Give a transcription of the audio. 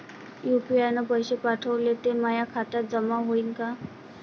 UPI न पैसे पाठवले, ते माया खात्यात जमा होईन का?